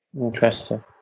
Interesting